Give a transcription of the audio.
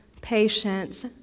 patience